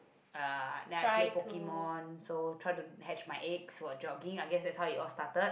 uh then I play Pokemon so try to hatch my egg while jogging I guess that is how it all started